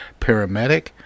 Paramedic